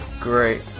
great